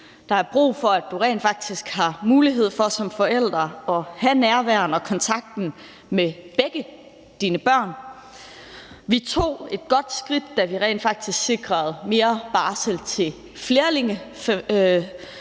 der er brug for, at du rent faktisk har mulighed for som forælder at have nærværet og kontakten med begge dine børn. Vi tog et godt skridt, da vi rent faktisk sikrede mere barsel til flerlingefamilier,